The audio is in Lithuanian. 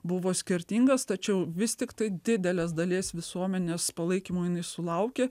buvo skirtingas tačiau vis tiktai didelės dalies visuomenės palaikymo jinai sulaukė